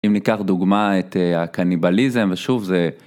אם ניקח דוגמא את הקניבליזם ושוב זה.